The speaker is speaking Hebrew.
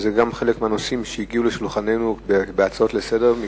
וזה גם חלק מהנושאים שהגיעו לשולחננו בהצעות לסדר-היום.